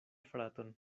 fraton